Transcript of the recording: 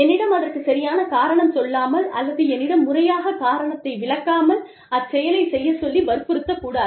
என்னிடம் அதற்கு சரியான காரணம் சொல்லாமல் அல்லது என்னிடம் முறையாக காரணத்தை விளக்காமல் அச்செயலைச் செய்யச் சொல்லி வற்புறுத்தக் கூடாது